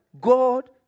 God